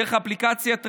דרך אפליקציית רכב,